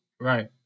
Right